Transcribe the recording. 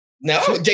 No